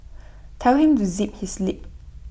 tell him to zip his lip